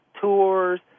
tours